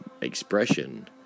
expression